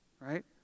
right